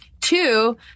Two